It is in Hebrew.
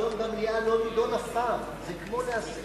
כל מה שנדון במליאה לא נדון אף פעם, זה כמו להסיר.